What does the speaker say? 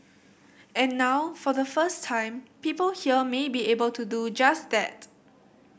and now for the first time people here may be able to do just that